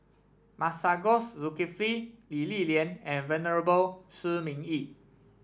Masagos Zulkifli Lee Li Lian and Venerable Shi Ming Yi